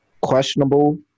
questionable